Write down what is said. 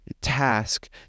task